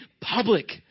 public